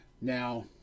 Now